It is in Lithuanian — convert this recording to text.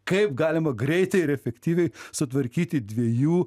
kaip galima greitai ir efektyviai sutvarkyti dviejų